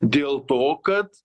dėl to kad